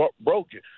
broken